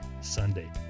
Sunday